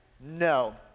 No